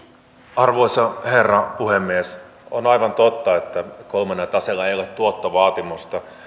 arvoisa herra puhemies on aivan totta että kolmannella taseella ei ei ole tuottovaatimusta